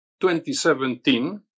2017